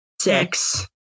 Six